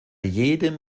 jedem